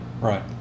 Right